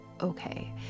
okay